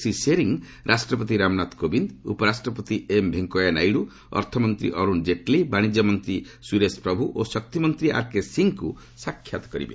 ଶ୍ରୀ ଶେରି ରାଷ୍ଟ୍ରପତି ରାମନାଥ କୋବିନ୍ଦ ଉପରାଷ୍ଟ୍ରପତି ଏମ୍ ଭେଙ୍କେୟା ନାଇଡୁ ଅର୍ଥମନ୍ତ୍ରୀ ଅରୁଣ ଜେଟଲୀ ବାଣିଜ୍ୟ ମନ୍ତ୍ରୀ ସୁରେଶ ପ୍ରଭୁ ଓ ଶକ୍ତିମନ୍ତ୍ରୀ ଆର୍କେ ସିଂହଙ୍କୁ ସାକ୍ଷାତ କରିବେ